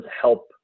help